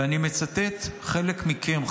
ואני מצטט חלק מכם,